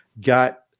got